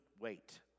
wait